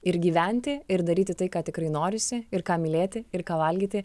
ir gyventi ir daryti tai ką tikrai norisi ir ką mylėti ir ką valgyti